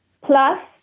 plus